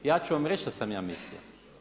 Ja ću vam reći šta sam ja mislio.